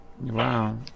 wow